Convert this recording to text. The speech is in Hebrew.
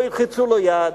לא ילחצו לו יד.